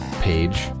page